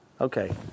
Okay